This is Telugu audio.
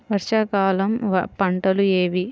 వర్షాకాలం పంటలు ఏవి?